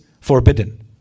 forbidden